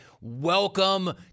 Welcome